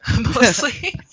mostly